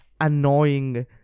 annoying